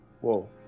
whoa